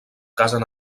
casen